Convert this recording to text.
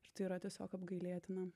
ir tai yra tiesiog apgailėtina